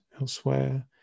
elsewhere